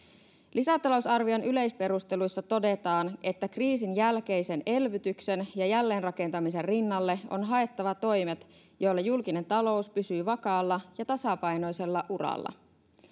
lisätalousarvion yleisperusteluissa todetaan että kriisin jälkeisen elvytyksen ja jälleenrakentamisen rinnalle on haettava toimet joilla julkinen talous pysyy vakaalla ja tasapainoisella uralla